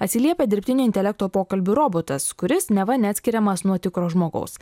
atsiliepia dirbtinio intelekto pokalbių robotas kuris neva neatskiriamas nuo tikro žmogaus